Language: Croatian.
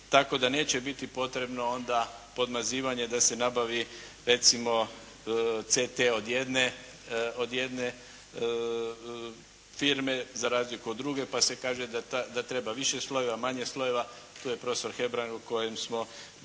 tako da neće biti potrebno onda podmazivanje da se nabavi recimo CT od jedne firme za razliku od druge pa se kaže da treba više slojeva, manje slojeva. Tu je prof.Hebrang s kojim smo,